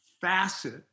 facet